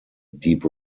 deep